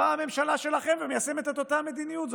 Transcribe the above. באה הממשלה שלכם ומיישמת את אותה המדיניות.